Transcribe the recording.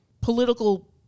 political